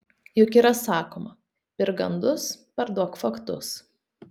juk yra sakoma pirk gandus parduok faktus